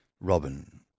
Robin